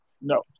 No